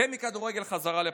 ומכדורגל חזרה לפוליטיקה.